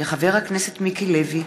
מיקי לוי,